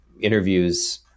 interviews